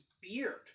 beard